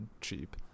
cheap